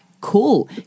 cool